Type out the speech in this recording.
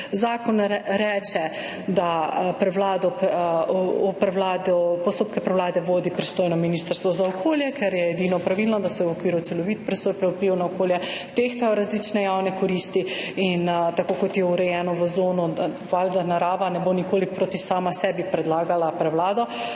zakon reče, da postopke prevlade vodi pristojno ministrstvo za okolje, ker je edino pravilno, da se v okviru celovite presoje vplivov na okolje tehtajo različne javne koristi in tako, kot je urejeno v ZON, seveda, narava ne bo nikoli sama proti sebi predlagala prevlade,